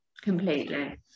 completely